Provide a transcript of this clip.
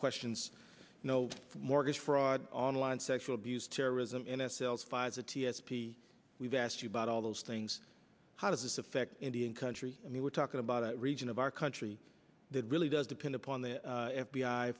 questions no mortgage fraud online sexual abuse terrorism n s l s files a t s p we've asked you about all those things how does this affect indian country i mean we're talking about a region of our country that really does depend upon the f